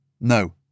No